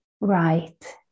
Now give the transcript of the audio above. right